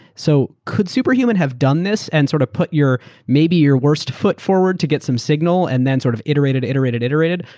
so could superhuman have done this and sort of put maybe your worst foot forward to get some signal and then sort of iterated, iterated, iterated?